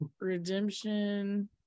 Redemption